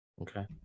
Okay